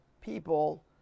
people